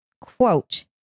quote